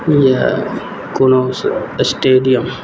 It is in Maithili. या कोनो से स्टेडियम